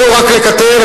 לא רק לקטר,